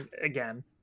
again